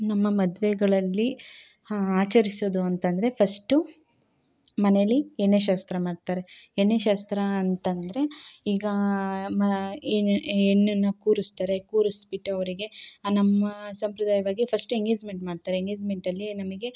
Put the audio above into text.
ನಮ್ಮ ಮದುವೆಗಳಲ್ಲಿ ಆಚರಿಸೋದು ಅಂತಂದ್ರೆ ಫಸ್ಟು ಮನೆಲ್ಲಿ ಎಣ್ಣೆ ಶಾಸ್ತ್ರ ಮಾಡ್ತಾರೆ ಎಣ್ಣೆ ಶಾಸ್ತ್ರ ಅಂತಂದ್ರೆ ಈಗ ಮ ಹೆಣ್ಣನ್ನು ಕೂರಿಸ್ತಾರೆ ಕೂರಿಸ್ಬಿಟ್ಟು ಅವರಿಗೆ ಆ ನಮ್ಮ ಸಂಪ್ರದಾಯವಾಗಿ ಫಸ್ಟ್ ಎಂಗೇಜ್ಮೆಂಟ್ ಮಾಡ್ತಾರೆ ಎಂಗೇಜ್ಮೆಂಟಲ್ಲಿ ನಮಗೆ